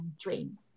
dream